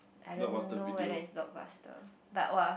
I don't know whether is blockbuster but !wah!